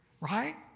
right